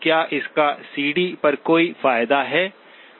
क्या इसका सीडी पर कोई फायदा है